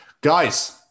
Guys